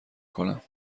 کنم